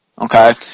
okay